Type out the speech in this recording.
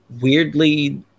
weirdly